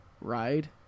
ride